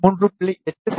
8 செ